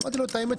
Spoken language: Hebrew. אמרתי לו את האמת.